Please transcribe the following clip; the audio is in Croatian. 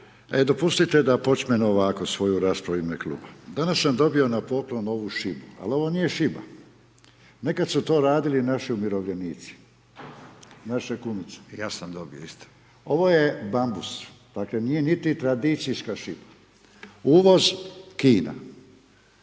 dopustite da počnem ovako svoju raspravu u ime kluba. Danas sam dobio na poklon ovu šibu, ali ovo nije šiba nekad su to radili naši umirovljenici, naše kumice …/Upadica: I ja sam dobio isto./… ovo je bambus, dakle nije niti tradicijska šiba. Uvoz Kina.